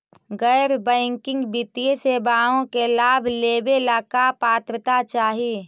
गैर बैंकिंग वित्तीय सेवाओं के लाभ लेवेला का पात्रता चाही?